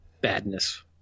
badness